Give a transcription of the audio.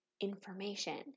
information